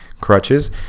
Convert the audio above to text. crutches